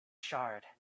charred